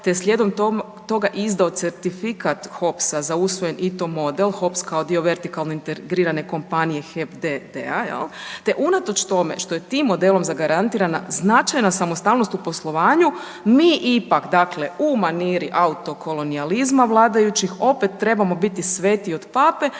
je slijedom toga izdao certifikat HOPS-a za usvojen ITO model, HOPS kao dio vertikalno integrirane kompanije HEP d.d.-a, je li, te unatoč tome što je tim modelom zagarantirana značajna samostalnost u poslovanju, mi ipak, dakle, u maniri autokolonijalizma vladajućih, opet trebamo biti svetiji od Pape,